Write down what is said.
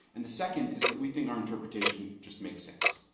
and the second is that we think our interpretation just makes sense.